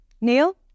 Neil